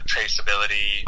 traceability